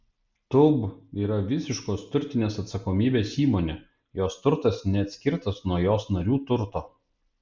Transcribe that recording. tūb yra visiškos turtinės atsakomybės įmonė jos turtas neatskirtas nuo jos narių turto